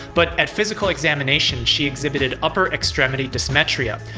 but, at physical examination, she exhibited upper-extremity dysmetria.